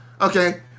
Okay